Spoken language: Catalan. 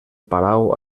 palau